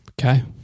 Okay